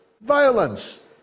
violence